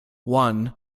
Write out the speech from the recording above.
one